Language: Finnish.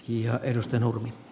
arvoisa puhemies